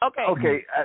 Okay